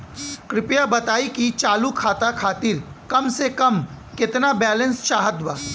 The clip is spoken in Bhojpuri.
कृपया बताई कि चालू खाता खातिर कम से कम केतना बैलैंस चाहत बा